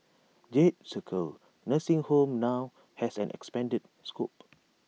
jade circle nursing home now has an expanded scope